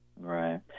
Right